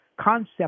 concept